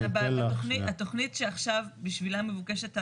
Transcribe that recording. התכנית שעכשיו בשבילה מבוקשת הגריעה,